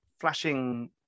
flashing